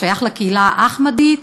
ששייך לקהילה האחמדית,